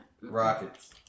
Rockets